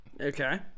Okay